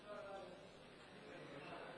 הצעת חוק יסודות התקציב (תיקון מס' 41). יציג את